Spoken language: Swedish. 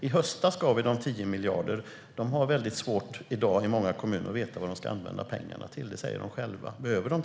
I höstas gav vi dem 10 miljarder. I dag har många kommuner svårt att veta vad de ska använda pengarna till; det säger de själva. Behöver de 10 miljarder till?